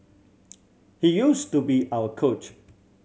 he used to be our coach